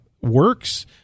works